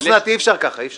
אוסנת, אי אפשר ככה, אי אפשר.